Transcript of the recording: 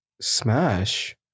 Smash